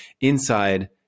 inside